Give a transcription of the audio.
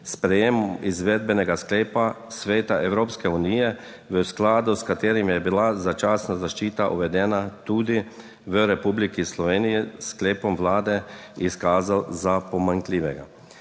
(Nadaljevanje) sklepa. Sveta Evropske unije v skladu s katerim je bila začasna zaščita uvedena tudi v Republiki Sloveniji s sklepom Vlade izkazal za pomanjkljivega.